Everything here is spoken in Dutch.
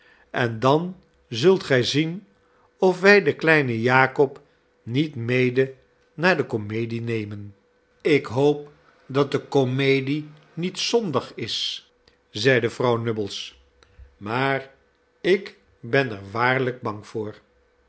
en dan zult gij zien of wij den kleinen jakob niet mede naar de komedie nemen ik hoop dat de komedie niet zondig is zeide vrouw nubbles maar ik ben er waarlijk bang voor